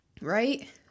Right